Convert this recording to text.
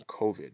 COVID